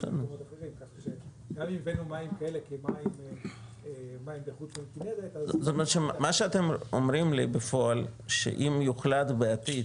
גם אם הבאנו מים כאלה --- מה שאתם אומרים לי בפועל שאם יוחלט בעתיד